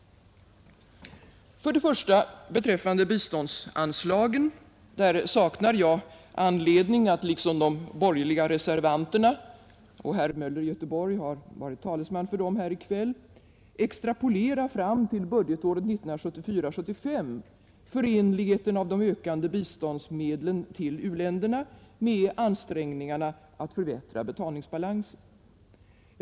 För det första saknar jag beträffande biståndsanslagen anledning att — liksom de borgerliga reservanterna, herr Möller i Göteborg har ju varit talesman för dem här i kväll, — extrapolera fram till budgetåret 1974/75 förenligheten av de ökande biståndsmedlen till u-länderna med ansträngningarna att förbättra betalningsbalansen.